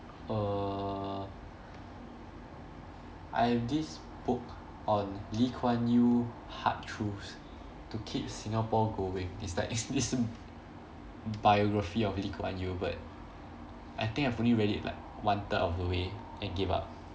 err I have this book on lee kuan yew hard truths to keep singapore going it's like it's it's biography of lee kuan yew but I think I've only read it like one third of the way and gave up